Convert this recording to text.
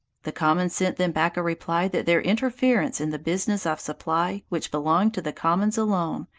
the commons sent them back a reply that their interference in the business of supply, which belonged to the commons alone,